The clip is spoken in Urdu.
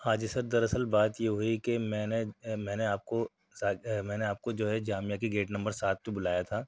ہاں جی سر دراصل بات یہ ہوئی کہ میں نے میں نے آپ کو ذات میں نے آپ کو جو ہے جامعہ کے گیٹ نمبر سات پہ بلایا تھا